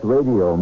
Radio